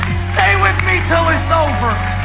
stay with me till it's over.